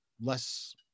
less